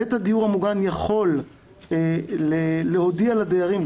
בית הדיור המוגן יכול להודיע לדיירים,